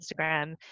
Instagram